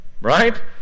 Right